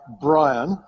Brian